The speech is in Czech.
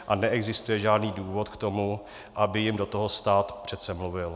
A neexistuje žádný důvod k tomu, aby jim do toho stát přece mluvil.